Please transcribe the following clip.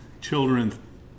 children